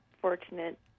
fortunate